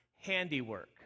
handiwork